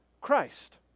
Christ